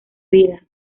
vida